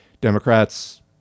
Democrats